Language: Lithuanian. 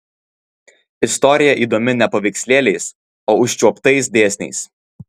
istorija įdomi ne paveikslėliais o užčiuoptais dėsniais